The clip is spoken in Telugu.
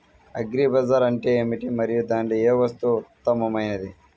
అగ్రి బజార్ అంటే ఏమిటి మరియు దానిలో ఏ వస్తువు ఉత్తమమైనది?